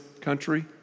country